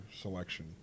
selection